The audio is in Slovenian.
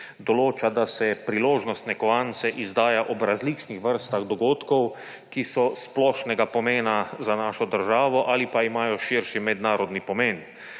določa, da se priložnostne kovance izdaja ob različnih vrstah dogodkov, ki so splošnega pomena za našo državo ali pa imajo širši mednarodni pomen.